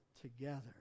together